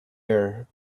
air